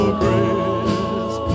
grace